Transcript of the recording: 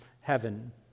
heaven